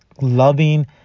loving